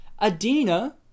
Adina